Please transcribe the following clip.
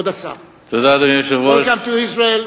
Welcome to Israel,